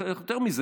אחרת, יותר מזה,